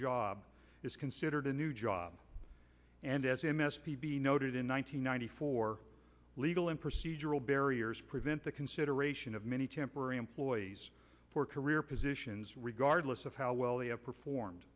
job is considered a new job and as m s p be noted in one thousand nine hundred four legal and procedural barriers prevent the consideration of many temporary employees for career positions regardless of how well they have performed